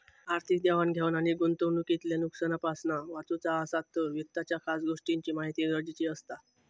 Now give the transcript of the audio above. आर्थिक देवाण घेवाण आणि गुंतवणूकीतल्या नुकसानापासना वाचुचा असात तर वित्ताच्या खास गोष्टींची महिती गरजेची असता